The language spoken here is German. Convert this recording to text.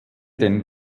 den